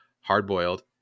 hard-boiled